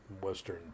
Western